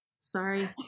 Sorry